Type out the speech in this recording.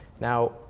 Now